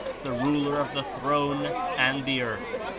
the ruler of the throne and the earth,